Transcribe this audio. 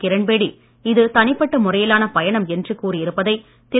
கிரண்பேடி இது தனிப்பட்ட முறையிலான பயணம் என்று கூறியிருப்பதை திரு